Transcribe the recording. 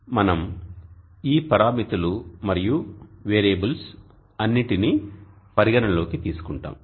కాబట్టి మనం ఈ పరామితులు మరియు వేరియబుల్స్ అన్నిటినీ పరిగణ లోకి తీసుకుంటాము